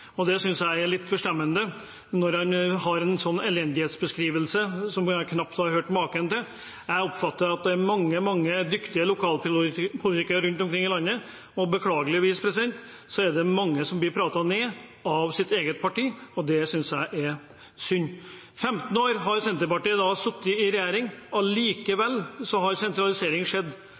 er litt forstemmende med en sånn elendighetsbeskrivelse, som jeg knapt har hørt maken til. Jeg oppfatter at det er mange, mange dyktige lokalpolitikere rundt omkring i landet. Beklageligvis er det mange som blir pratet ned av sitt eget parti, og det synes jeg er synd. I 15 år har Senterpartiet sittet i regjering. Allikevel har sentralisering skjedd.